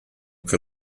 che